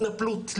התנפלות,